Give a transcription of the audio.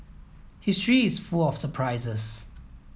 history is full of surprises